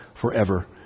forever